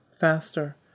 faster